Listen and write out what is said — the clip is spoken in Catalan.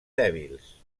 dèbils